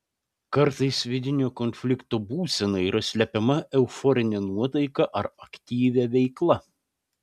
kartais vidinio konflikto būsena yra slepiama euforine nuotaika ar aktyvia veikla